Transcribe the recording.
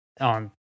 on